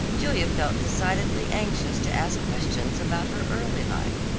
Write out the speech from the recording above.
julia felt decidedly anxious to ask questions about her early life.